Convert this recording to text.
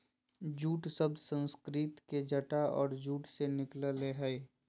jute शब्द संस्कृत के जटा और जूट से निकल लय हें